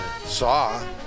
saw